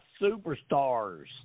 superstars